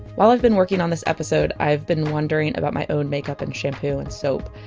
while i've been working on this episode, i've been wondering about my own makeup and shampoo and soap.